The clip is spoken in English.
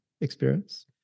experience